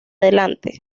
adelante